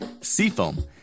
Seafoam